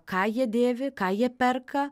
ką jie dėvi ką jie perka